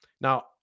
Now